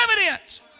evidence